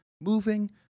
moving